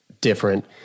different